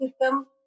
system